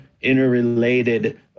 interrelated